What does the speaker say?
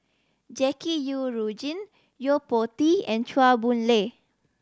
Jackie Yi Ru Ying Yo Po Tee and Chua Boon Lay